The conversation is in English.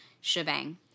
shebang